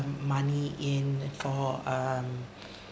money in for um